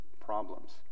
problems